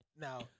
Now